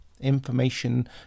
information